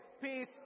peace